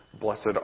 blessed